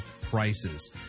prices